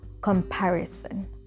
comparison